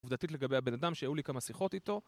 עובדתית לגבי הבן אדם שיהיו לי כמה שיחות איתו,